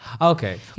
Okay